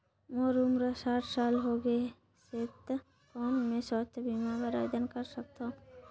मोर उम्र साठ साल हो गे से त कौन मैं स्वास्थ बीमा बर आवेदन कर सकथव?